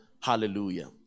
Hallelujah